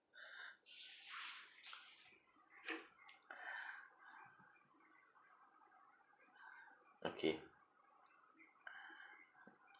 okay